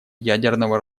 ядерного